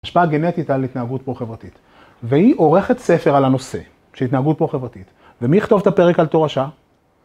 השפעה גנטית על התנהגות פרו חברתית, והיא עורכת ספר על הנושא, של התנהגות פרו חברתית, ומי יכתוב את הפרק על תורשה?